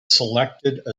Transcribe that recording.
selected